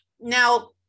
now